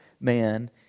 man